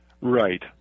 Right